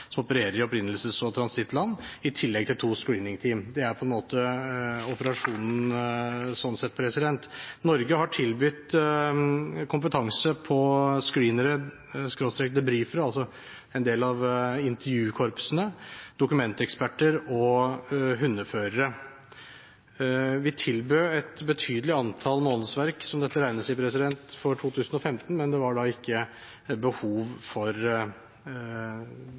som opererer i opprinnelses- og transittland, i tillegg til to screening-team. Det er på en måte operasjonen sånn sett. Norge har tilbudt kompetanse på screenere/debriefere, altså en del av intervjukorpsene, dokumenteksperter og hundeførere. Vi tilbød et betydelig antall månedsverk, som dette regnes i, for 2015, men det var ikke behov for